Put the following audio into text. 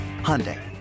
Hyundai